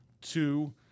two